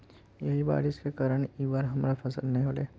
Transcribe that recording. यही बारिश के कारण इ बार हमर फसल नय होले?